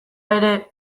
ere